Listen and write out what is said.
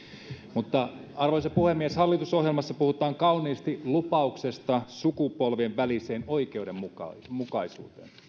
mutta arvoisa puhemies hallitusohjelmassa puhutaan kauniisti lupauksesta sukupolvien väliseen oikeudenmukaisuuteen